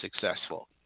successful